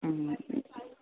हा